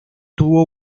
tuvo